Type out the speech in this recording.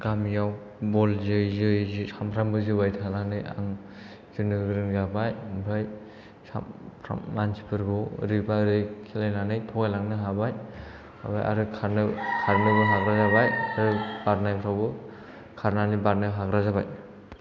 गामियाव बल जोयै जोयै सानफ्रोमबो जोबाय थानानै आं जोनो गोरों जाबाय ओमफ्राय साफ्रोम मानसिफोरखौ ओरैबा ओरै खेलायनानै थगायलांनो हाबाय आरो खारनोबो खारनोबो हाग्रा जाबाय आरो बारनायफोरावबो खारनानै बारनो हाग्रा जाबाय